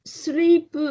sleep